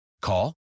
Call